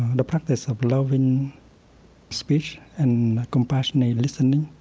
the practice of loving speech and compassionate listening,